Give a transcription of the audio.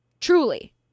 Truly